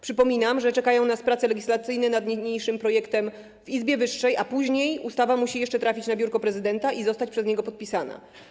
Przypominam, że czekają nas prace legislacyjne nad niniejszym projektem w izbie wyższej, a później ustawa musi jeszcze trafić na biurko prezydenta i zostać przez niego podpisana.